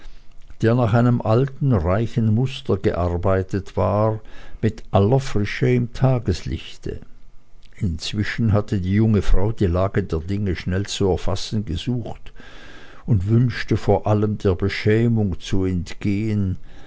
der nach einem alten reichen muster gearbeitet war mit aller frische im tageslichte inzwischen hatte die junge frau die lage der dinge schnell zu erfassen gesucht und wünschte vor allem der beschämung zu entgehen